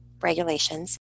regulations